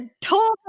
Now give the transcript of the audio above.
told